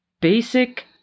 basic